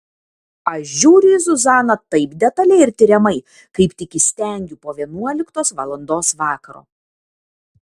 aš žiūriu į zuzaną taip detaliai ir tiriamai kaip tik įstengiu po vienuoliktos valandos vakaro